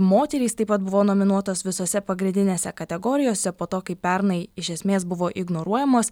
moterys taip pat buvo nominuotas visose pagrindinėse kategorijose po to kai pernai iš esmės buvo ignoruojamos